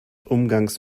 umgangs